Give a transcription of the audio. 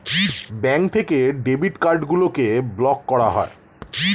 bank থেকে debit card গুলিকে block করা যায়